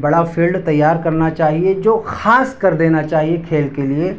بڑا فیلڈ تیار کرنا چاہیے جو خاص کر دینا چاہیے کھیل کے لیے